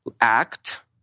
act